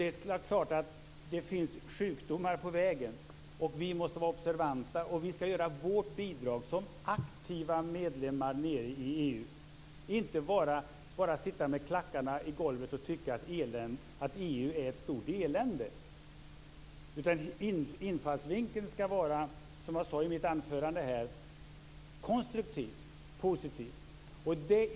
Det finns naturligtvis sjukdomar på vägen. Vi skall vara observanta och ge vårt bidrag som aktiva medlemmar i EU. Vi skall inte bara sitta med klackarna i golvet och tycka att EU är ett stort elände. Infallsvinkeln skall, som jag sade i mitt anförande, vara konstruktiv och positiv.